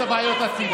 תאמינו לי,